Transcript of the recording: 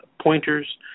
pointers